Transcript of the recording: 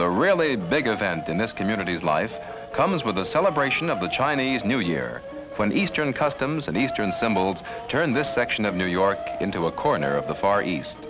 the really big event in this community is life comes with a celebration of the chinese new year when eastern customs and eastern symbols turn this section of new york into a corner of the far east